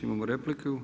Imamo repliku.